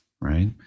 right